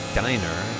diner